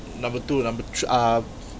number two number th~ ah